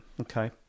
Okay